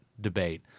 debate